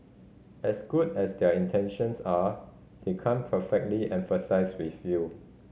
as good as their intentions are they can't perfectly empathise with you